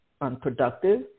unproductive